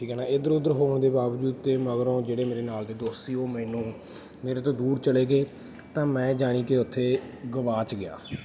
ਠੀਕ ਹੈ ਨਾ ਇੱਧਰ ਉੱਧਰ ਹੋਣ ਦੇ ਬਾਵਜੂਦ ਅਤੇ ਮਗਰੋਂ ਜਿਹੜੇ ਮੇਰੇ ਨਾਲ ਦੇ ਦੋਸਤ ਸੀ ਉਹ ਮੈਨੂੰ ਮੇਰੇ ਤੋਂ ਦੂਰ ਚਲੇ ਗਏ ਤਾਂ ਮੈਂ ਯਾਨੀ ਕਿ ਉੱਥੇ ਗੁਆਚ ਗਿਆ